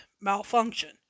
malfunction